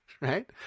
right